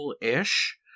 ish